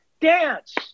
dance